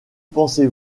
pensez